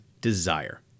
desire